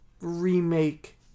remake